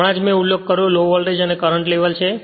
હમણાં જ મે ઉલ્લેખ કર્યો લો વૉલ્ટેજ અને કરંટ લેવલ છે